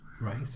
Right